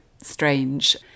strange